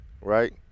right